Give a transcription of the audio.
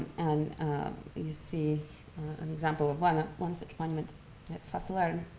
and you see an example of one one such monument at fassilar,